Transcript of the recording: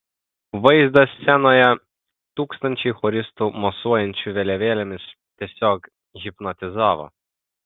vaizdas scenoje tūkstančiai choristų mosuojančių vėliavėlėmis tiesiog hipnotizavo